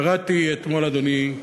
קראתי אתמול, אדוני,